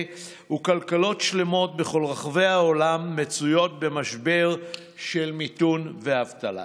וכלכלות שלמות בכל רחבי העולם מצויות במשבר של מיתון ואבטלה.